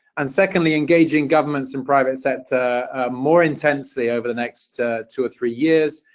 and secondly, engaging governments and private sector more intensely over the next two or three years.